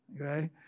Okay